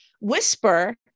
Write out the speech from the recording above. whisper